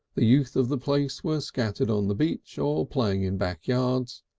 the youth of the place were scattered on the beach or playing in back yards,